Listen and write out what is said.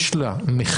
יש לה מחירים.